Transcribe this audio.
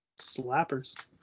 Slappers